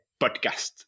podcast